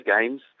Games